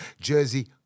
Jersey